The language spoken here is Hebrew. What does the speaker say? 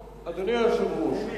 היושב-ראש,